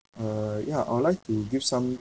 uh ya I would like to give some